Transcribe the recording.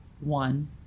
One